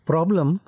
Problem